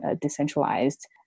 decentralized